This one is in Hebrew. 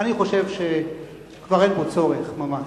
אני חושב שכבר אין בו צורך ממש,